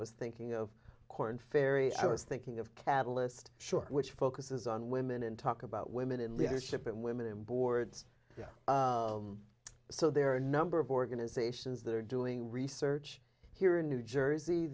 was thinking of korn ferry i was thinking of catalyst short which focuses on women in talk about women in leadership and women in boards so there are a number of organisations that are doing research here in new jersey